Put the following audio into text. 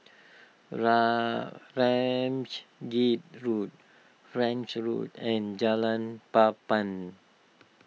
Ramsgate Road French Road and Jalan Papan